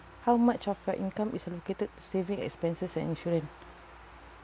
how much of your income is allocated to saving expenses and insurance